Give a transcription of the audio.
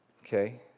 Okay